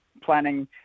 planning